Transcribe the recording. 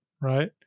right